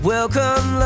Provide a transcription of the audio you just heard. Welcome